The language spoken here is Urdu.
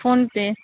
فون پے